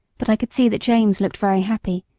but i could see that james looked very happy,